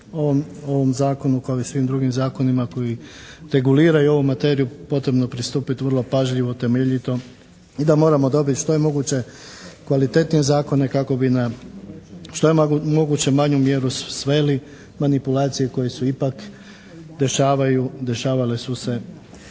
ovom Zakonu kao i svim drugim zakonima koji reguliraju ovu materiju potrebno pristupiti vrlo pažljivo, temeljito i da moramo dobiti što je moguće kvalitetnije zakone kako bi na što je moguće manju mjeru sveli manipulacije koje su ipak dešavaju, dešavale su se